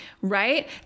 Right